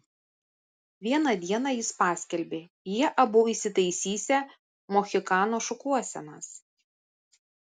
vieną dieną jis paskelbė jie abu įsitaisysią mohikano šukuosenas